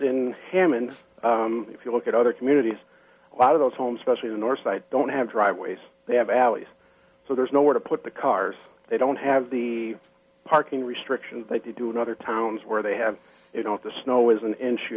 in him and if you look at other communities a lot of those homes specially the north side don't have driveways they have alleys so there's nowhere to put the cars they don't have the parking restrictions they do in other towns where they have you know if the snow is an inch you